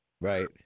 Right